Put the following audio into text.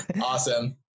awesome